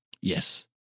yes